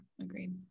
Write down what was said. agreed